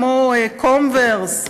כמו "קומברס",